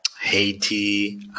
Haiti